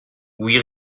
oui